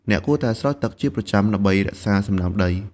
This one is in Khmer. អ្នកគួរតែស្រោចទឹកជាប្រចាំ ដើម្បីរក្សាសំណើមដី។